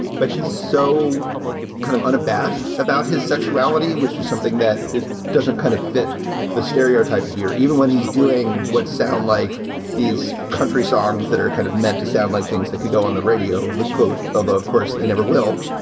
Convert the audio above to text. but he's so kind of unabashed about his sexuality, which is something that is doesn't kind of fit the stereotype here, even when he's doing what sound like these countries songs that are kind of meant to sound like things that could go on the radio, the coast, although, of course, they never will